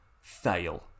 fail